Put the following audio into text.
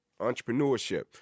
entrepreneurship